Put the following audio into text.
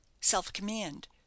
self-command